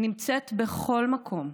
היא נמצאת בכל מקום.